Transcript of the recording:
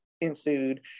ensued